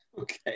Okay